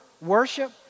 worship